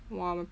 !wah!